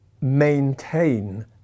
maintain